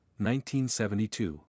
1972